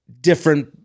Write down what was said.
different